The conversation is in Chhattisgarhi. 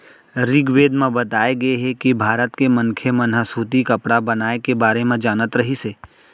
ऋगवेद म बताए गे हे के भारत के मनखे मन ह सूती कपड़ा बनाए के बारे म जानत रहिस हे